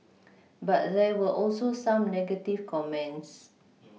but there were also some negative comments